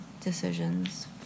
decisions